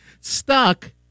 stuck